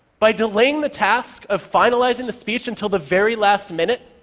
by delaying the task of finalizing the speech until the very last minute,